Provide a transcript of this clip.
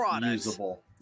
usable